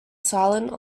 silent